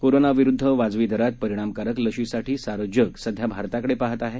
कोरोनाविरुद्ध वाजवी दरात परिणामकारक लशीसाठी सारं जग सध्या भारताकडे पाहत आहे